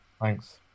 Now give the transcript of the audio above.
Thanks